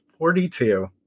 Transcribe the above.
42